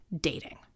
dating